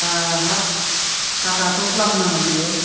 हाब थाखायाथ' द्लाम नांगोन बेयो